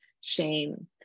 shame